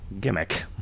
gimmick